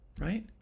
Right